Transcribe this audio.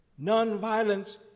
Nonviolence